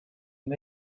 and